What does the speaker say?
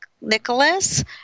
Nicholas